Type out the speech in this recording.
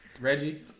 Reggie